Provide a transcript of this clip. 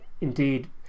indeed